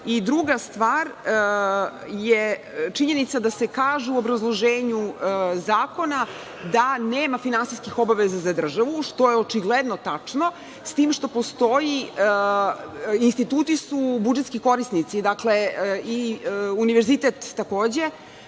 Druga stvar je činjenica da se kaže u obrazloženju zakona da nema finansijskih obaveza za državu, što je očigledno tačno, s tim što su instituti budžetski korisnici i univerzitet takođe.